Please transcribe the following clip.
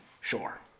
Sure